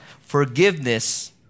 Forgiveness